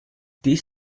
dies